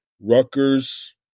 Rutgers